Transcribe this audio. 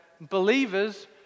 believers